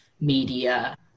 media